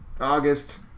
August